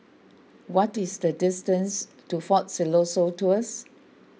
what is the distance to fort Siloso Tours